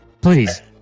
Please